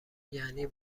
یعنی